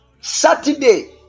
Saturday